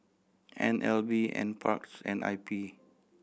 N L B Nparks and I P